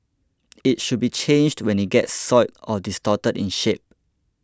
it should be changed when it gets soiled or distorted in shape